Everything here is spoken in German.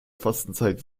fastenzeit